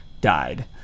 died